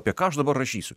apie ką aš dabar rašysiu